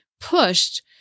pushed